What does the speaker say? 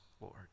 Lord